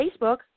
facebook